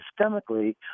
systemically